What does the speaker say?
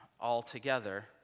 altogether